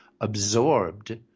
absorbed